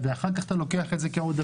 ואחר כך אתה לוקח את זה כעודפים.